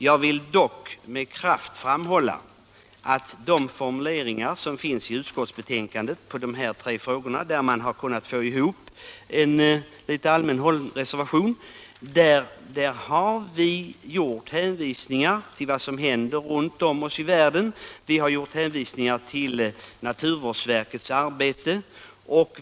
Jag vill dock med kraft framhålla att vi i formuleringarna i utskottsbetänkandet i de tre frågor, där man avgivit en allmänt hållen reservation, gjort hänvisningar till vad som händer runt om i världen och till naturvårdsverkets arbete.